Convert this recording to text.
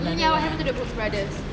ya what happened to the brooks brother